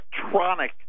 electronic